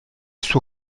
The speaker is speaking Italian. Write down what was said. suo